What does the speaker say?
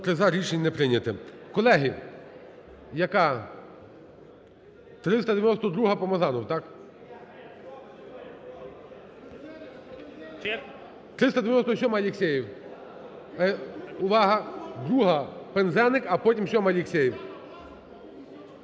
Рішення не прийняте. Колеги! Яка? 392-а, Помазанов. Так? 397-а, Алексєєв. Увага: 2-а, Пинзеник, а потім – 7-а, Алексєєв.